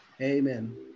Amen